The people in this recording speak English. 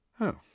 Oh